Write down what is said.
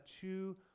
two